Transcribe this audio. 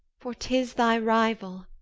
for tis thy rival.